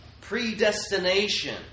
predestination